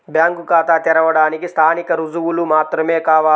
Bank ఖాతా తెరవడానికి స్థానిక రుజువులు మాత్రమే కావాలా?